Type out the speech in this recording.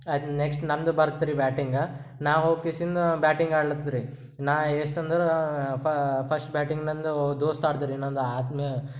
ಅದು ನೆಕ್ಸ್ಟ್ ನಮ್ಮದು ಬರ್ತೆ ರಿ ಬ್ಯಾಟಿಂಗ ನಾವು ಕೇಸಿಂದು ಬ್ಯಾಟಿಂಗ್ ಆಡ್ಲತ್ತರಿ ನಾ ಎಷ್ಟು ಅಂದರೂ ಫಸ್ಟ್ ಬ್ಯಾಟಿಂಗ್ ನನ್ನದು ದೋಸ್ತ ಆಡಿದರಿ ಇನ್ನೊಂದು ಆದ್ಮೇ